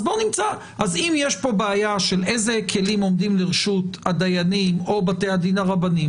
אז אם יש פה בעיה של הכלים שעומדים לרשות הדיינים או בתי הדין הרבניים,